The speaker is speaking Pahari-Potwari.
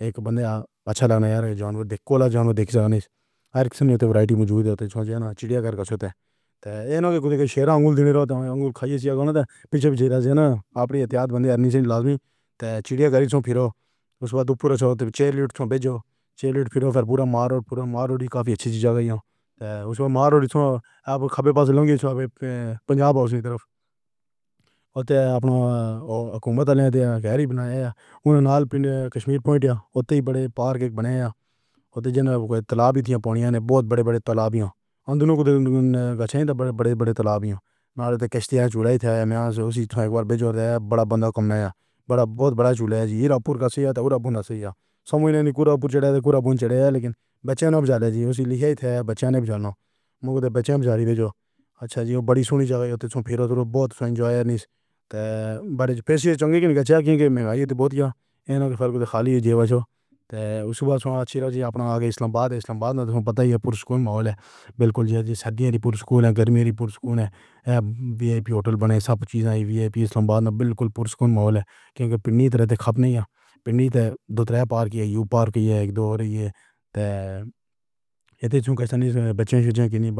ہک بندے کوں اچھا لڳدے، جانور ݙیکھو، والا جانور ݙٹھا کائنی۔ ہر ہک قسم دی ویریئٹی موجود ہوندی۔ چڑیا گھر دے نال تجربہ کھا گھِدا ویسے۔ پِچھوں بچے آپݨی یاد بند کر گھِن۔ تاں ول اُس ویلھے چہرے تے ننّے پِھر۔ پورا مارو پورا مارو۔ ای کافی اچھی جاہ اے۔ اِچ ماروڑ نال تساں کھاندے بس لوں گی، پنجاب آوسی طرف۔ اُتّر آپݨا تے حکومت آلیاں گھڑیا ہونا نال۔ پنڈر کشمیر پوائنٹ ہووݨ ہی وݙے پارک بݨ ڳئے ہو تاں جلݨ والے تالاب وی ہن۔ پاݨی اے بہوں وݙے وݙے تالابیاں اندر کوں گھسیٹدے وݙے وݙے تالابیاں نالے دیاں کشتیاں۔ چولھے توں اُسے ہک واری پَیجو تاں وݙا بندہ کمایا وݙا بہوں وݙا جھولا جی۔ راولپور دا صحیح تاں راجہ راول ہی اے۔ سومونی نے کُڑاپور چڑھے کُڑاپور چڑھے لیکن بچّے اڄݨ تائیں اُسے لکھیا اے بچہ کائنی بُھجّالا۔ مین٘وں تاں بچہ پیجو اچھا جی وݙی سُݨی ویسی تاں ول بہوں اینجوائے کائنی تاں برفی چینی دی چاکی اچ آیا تاں بہوں خالی جیب ہووے تاں اُس ویلھے آپݨا گازی آباد اسلام آباد پتہ ہی سکون ماحول اے۔ بلکل جئیں سردیاں، پُور سکون اے۔ گرمی دا پورا سکون اے۔ وی آئی پی ہوٹل بݨے سَبھ چیئں وی آئی پی۔ اسلام آباد اچ بلکل سکون ماحول اے۔ کیوں جو پنڈی طرح دا آپݨی پنڈی تے ݙو ترئے پارک یو پارک ایہ ݙو تے ایہ تاں اِتنا وݙا جو وݙیاں وݙیاں